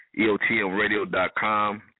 EOTMRadio.com